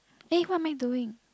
eh what am I doing